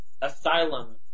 asylum